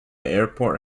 airport